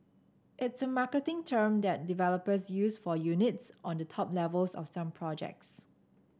it's a marketing term that developers use for units on the top levels of some projects